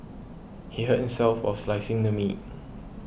he hurt himself while slicing the meat